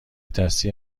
دستی